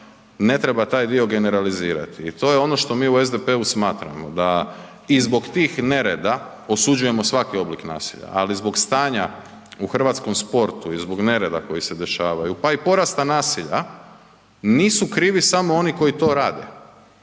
ne treba taj dio generalizirati i to je ono što mi u SDP-u smatramo da i zbog tih nereda osuđujemo svaki oblik nasilja, ali zbog stanja u hrvatskom sportu i zbog nereda koji se dešavaju, pa i porasta nasilja, nisu krivi samo oni koji to rade.